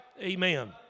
Amen